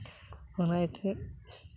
ᱚᱱᱟ ᱤᱭᱟᱹᱛᱮ